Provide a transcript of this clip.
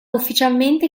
ufficialmente